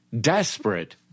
desperate